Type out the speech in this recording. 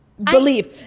Believe